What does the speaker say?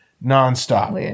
non-stop